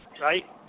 Right